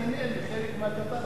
אתה נהנה מחלק מהדבר הזה,